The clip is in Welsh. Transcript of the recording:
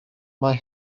mae